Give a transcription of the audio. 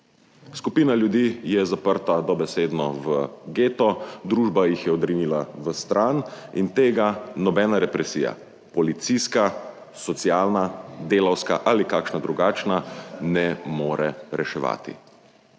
Skupina ljudi je zaprta dobesedno v geto, družba jih je odrinila vstran in tega nobena represija, policijska, socialna, delavska ali kakšna drugačna, ne more reševati.